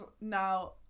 now